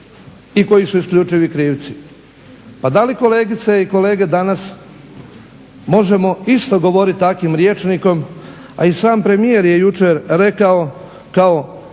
i koji su isključivi krivci. Pa da li kolegice i kolege danas možemo isto govoriti takvim rječnikom, a i sam premijer je jučer rekao kao